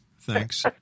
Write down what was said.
thanks